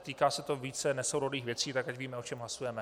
Týká se to více nesourodých věcí, tak ať víme, o čem hlasujeme.